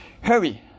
hurry